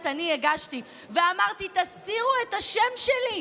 אני הגשתי ואמרתי: תסירו את השם שלי,